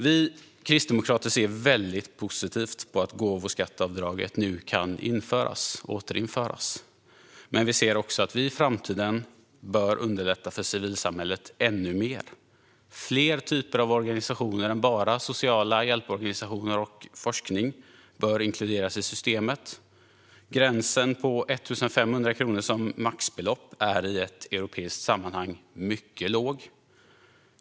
Vi kristdemokrater ser väldigt positivt på att gåvoskatteavdraget nu kan återinföras, men vi ser också att vi i framtiden bör underlätta för civilsamhället ännu mer. Fler typer av organisationer än bara sociala hjälporganisationer och forskning bör inkluderas i systemet. Gränsen på 1 500 kronor som maxbelopp är i ett europeiskt sammanhang mycket låg.